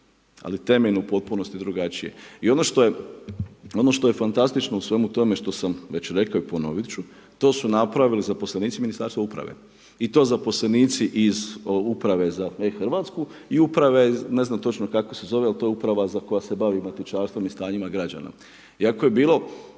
Ali temelj je u potpunosti drugačije. I ono što je fantastično u svemu tome što sam već rekao i ponoviti ću, to su napravili zaposlenici Ministarstva upravo i to zaposlenici iz uprave za e-Hrvatsku, i uprave, ne znam kako se zove, ali to je uprava koja se bavi matičanrstvom i stanjima građana. Iako je bilo